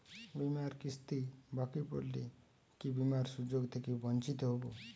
বিমার কিস্তি বাকি পড়লে কি বিমার সুযোগ থেকে বঞ্চিত হবো?